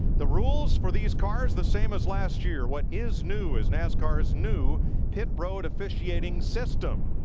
the rules for these cars, the same as last year. what is new is nascar's new pit road officiating system.